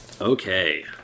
Okay